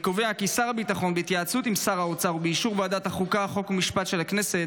בכנסת התשע-עשרה אושרו בוועדת החינוך של הכנסת